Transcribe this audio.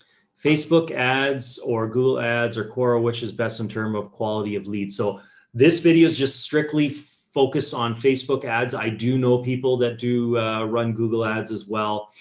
facebook ads or google ads or quora, which is best in term of quality of leads. so this video is just strictly focused on facebook ads. i do know people that do a run google ads as well.